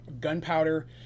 Gunpowder